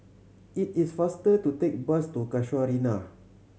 it is faster to take bus to Casuarina